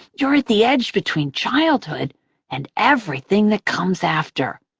you're at the edge between childhood and everything that comes after.